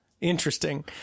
interesting